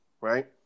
right